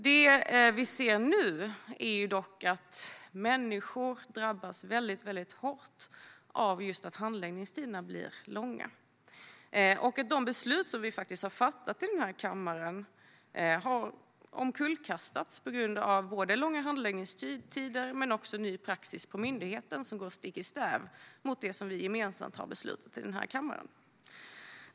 Vad vi ser nu är dock att människor drabbas väldigt hårt av att handläggningstiderna blir långa. De beslut som vi faktiskt har fattat här i kammaren har omkullkastats på grund av både långa handläggningstider och en ny praxis på myndigheten som går stick i stäv med det som vi gemensamt har beslutat.